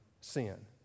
sin